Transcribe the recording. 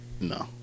No